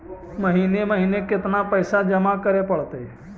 महिने महिने केतना पैसा जमा करे पड़तै?